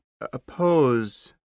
oppose